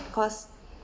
because